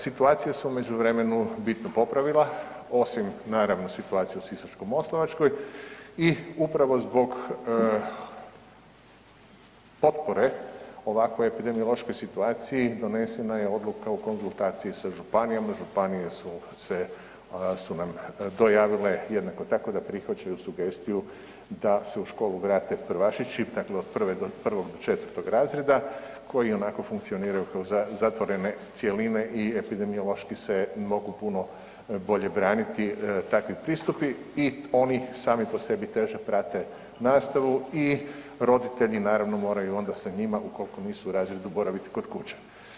Situacija se u međuvremenu bitno popravila osim naravno situacija u Sisačko-moslavačkoj i upravo zbog potpore ovakvoj epidemiološkoj situaciji donesena je odluka u konzultaciji sa županijama, županije su nam dojavile jednako tako da prihvaćaju sugestiju da se u školu vrate prvašići, dakle od 1. do 4. razreda koji i onako funkcioniraju kao zatvorene cjeline i epidemiološki se mogu puno bolje braniti takvi pristupi i oni sami po sebi teže prate nastavu i roditelji naravno moraju onda sa njima ukoliko nisu u razredu boraviti kod kuće.